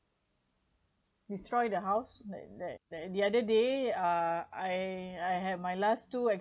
destroy the house that that that the other day uh I I have my last two